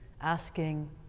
asking